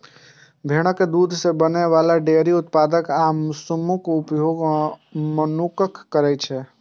भेड़क दूध सं बनै बला डेयरी उत्पाद आ मासुक उपभोग मनुक्ख करै छै